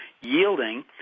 yielding